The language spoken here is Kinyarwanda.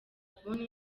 kubona